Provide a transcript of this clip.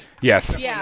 yes